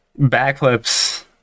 backflips